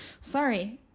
Sorry